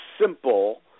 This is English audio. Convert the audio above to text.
simple